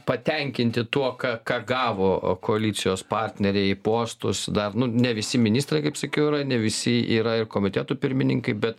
patenkinti tuo ką ką gavo koalicijos partneriai į postus dar nu ne visi ministrai kaip sakiau yra ne visi yra ir komitetų pirmininkai bet